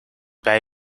bij